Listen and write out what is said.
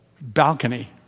balcony